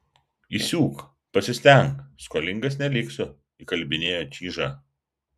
įsiūk pasistenk skolingas neliksiu įkalbinėjo čyžą